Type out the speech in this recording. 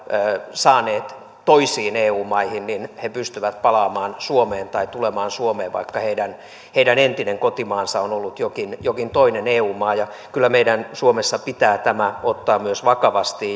saaneet toisiin eu maihin pystyvät palaamaan tai tulemaan suomeen vaikka heidän heidän entinen kotimaansa on ollut jokin jokin toinen eu maa kyllä meidän myös suomessa pitää tämä ottaa vakavasti